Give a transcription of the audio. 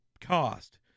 cost